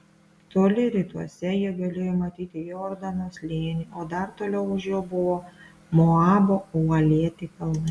toli rytuose jie galėjo matyti jordano slėnį o dar toliau už jo buvo moabo uolėti kalnai